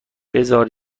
بزار